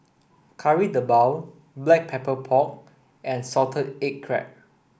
Kari Debal black pepper pork and salted egg crab